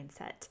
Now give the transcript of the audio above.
mindset